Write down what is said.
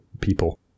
people